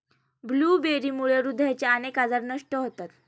ब्लूबेरीमुळे हृदयाचे अनेक आजार नष्ट होतात